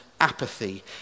apathy